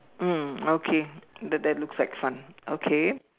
mm okay tha~ that looks like fun okay